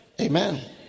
Amen